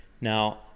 Now